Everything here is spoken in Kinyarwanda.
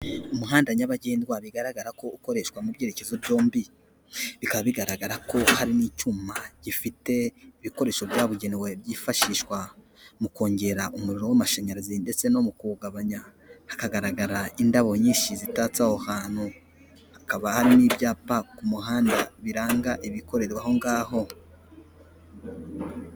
Umuhanda nyabagendwa bigaragara ko ukoreshwa mu byerekezo byombi, bikaba bigaragara ko harimo icyuma gifite ibikoresho byabugenewe byifashishwa mu kongera umuriro w'amashanyarazi ndetse no mu kuwugabanya, hakagaragara indabo nyinshi zitatse aho hantu, hakaba hari n'ibyapa ku muhanda biranga ibikorerwa aho ngaho.